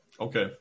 Okay